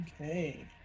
okay